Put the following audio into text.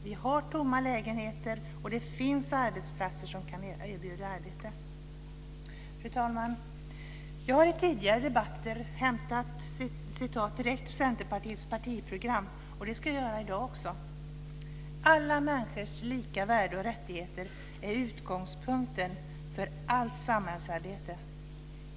Vi har tomma lägenheter, och det finns arbetsplatser som kan erbjuda arbete. Fru talman! Jag har i tidigare debatter hämtat citat direkt ur Centerpartiets partiprogram, och det ska jag göra också i dag. "Alla människors lika värde och rättigheter är utgångspunkten för allt samhällsarbete.